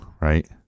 right